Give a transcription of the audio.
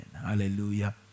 Hallelujah